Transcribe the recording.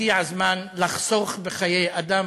הגיע הזמן לחסוך בחיי אדם,